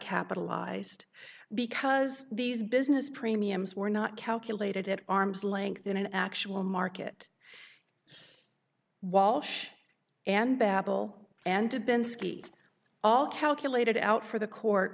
capitalized because these business premiums were not calculated at arm's length in an actual market walsh and babel and dubinsky all calculated out for the court